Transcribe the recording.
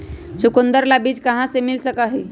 चुकंदर ला बीज कहाँ से मिल सका हई?